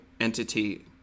entity